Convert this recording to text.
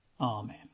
Amen